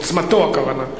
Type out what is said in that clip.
עוצמתו, הכוונה.